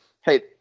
hey